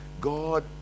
God